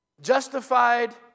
justified